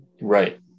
Right